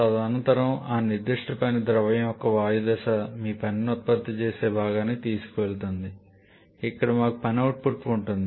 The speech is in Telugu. తదనంతరం ఆ నిర్దిష్ట పని ద్రవం యొక్క వాయు దశ మీ పనిని ఉత్పత్తి చేసే భాగానికి తీసుకువెళుతుంది ఇక్కడ మాకు పని అవుట్పుట్ ఉంటుంది